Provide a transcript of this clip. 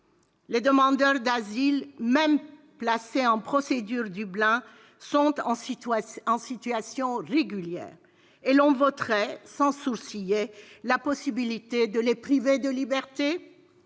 Les demandeurs d'asile, même placés en procédure Dublin, sont en situation régulière. Et l'on voterait, sans sourciller, la possibilité de les priver de liberté ?